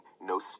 no